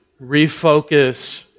Refocus